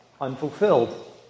unfulfilled